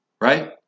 right